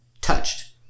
touched